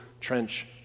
Trench